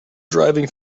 driving